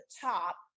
top